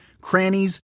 crannies